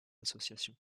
association